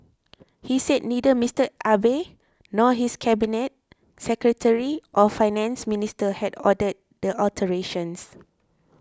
he said neither Mister Abe nor his cabinet secretary or Finance Minister had ordered the alterations